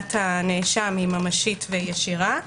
להגנת הנאשם היא ממשית וישירה.